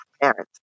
parents